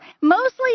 mostly